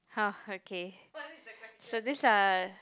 !huh! okay so these are